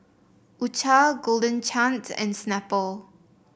U Cha Golden Chance and Snapple